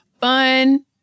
Fun